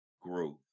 growth